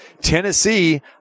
Tennessee